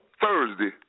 Thursday